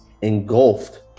engulfed